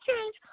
change